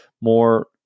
More